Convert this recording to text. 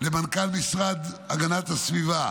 למנכ"ל משרד הגנת הסביבה